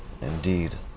Indeed